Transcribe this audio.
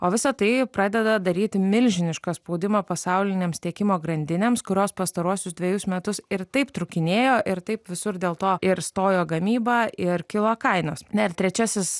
o visa tai pradeda daryti milžinišką spaudimą pasaulinėms tiekimo grandinėms kurios pastaruosius dvejus metus ir taip trūkinėjo ir taip visur dėl to ir stojo gamyba ir kilo kainos na ir trečiasis